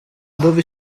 dove